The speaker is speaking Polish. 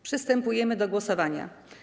Przystępujemy do głosowania.